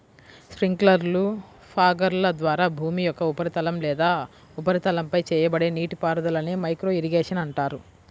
స్ప్రింక్లర్లు, ఫాగర్ల ద్వారా భూమి యొక్క ఉపరితలం లేదా ఉపరితలంపై చేయబడే నీటిపారుదలనే మైక్రో ఇరిగేషన్ అంటారు